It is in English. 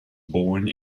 born